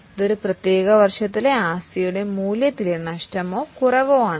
ഇത് ഒരു പ്രത്യേക വർഷത്തിലെ ആസ്തിയുടെ മൂല്യത്തിലെ നഷ്ടമോ കുറവോ ആണ്